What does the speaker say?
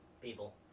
People